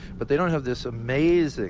but they don't have this amazing